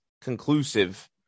conclusive